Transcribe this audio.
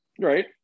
Right